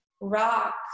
rock